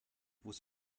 was